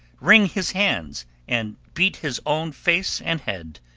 wring his hands, and beat his own face and head,